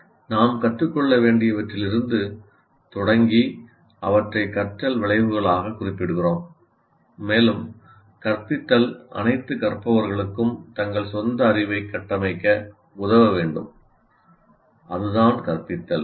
நாம் கற்றுக் கொள்ள வேண்டியவற்றிலிருந்து தொடங்கி அவற்றை கற்றல் விளைவுகளாகக் குறிப்பிடுகிறோம் மேலும் கற்பித்தல் அனைத்து கற்பவர்களுக்கும் தங்கள் சொந்த அறிவைக் கட்டமைக்க உதவ வேண்டும் அதுதான் கற்பித்தல்